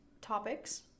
topics